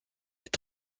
est